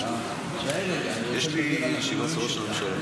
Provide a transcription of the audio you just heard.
ישיב לו שר החינוך.